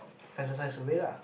fantasize away lah